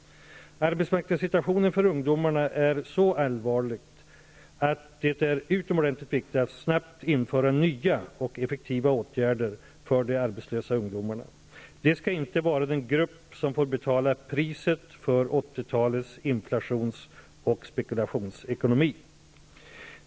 Arbetsmarknadssituationen för ungdomarna är så allvarlig att det är utomordentligt viktigt att snabbt införa nya och effektiva åtgärder för de arbetslösa ungdomarna. De skall inte vara den grupp som får betala priset för 80-talets inflations och spekulationsekonomi.